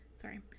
Sorry